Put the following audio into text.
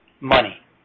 money